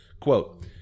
quote